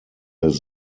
his